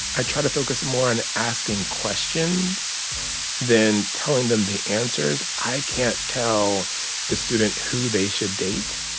i try to focus more on asking questions than telling them the answers. i can't tell the student who they should date.